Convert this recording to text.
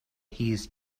his